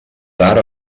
tard